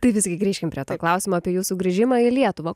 tai visgi grįžkim prie klausimo apie jūsų grįžimą į lietuvą